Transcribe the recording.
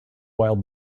wild